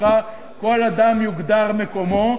שבתוכה כל אדם יוגדר מקומו,